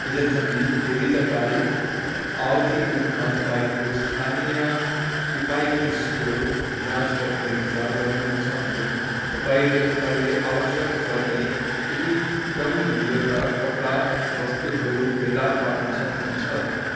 यद्यपि यदि तपाईँँ आवधिक रूपमा तपाईँँको स्थानीय किफायती स्टोर जाँच गर्ने विचार गर्नुहुन्छ भने तपाईँँले तपाईँँलाई आवश्यक पर्ने केही कम मूल्यका कपडा वस्तुहरू फेला पार्न सक्नुहुन्छ